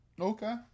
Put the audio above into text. Okay